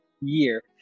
year